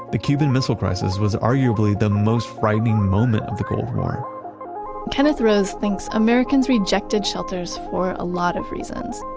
the cuban missile crisis was arguably the most frightening moment of the cold war kenneth rose thinks american rejected shelters for a lot of reasons.